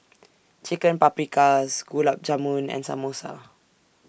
Chicken Paprikas Gulab Jamun and Samosa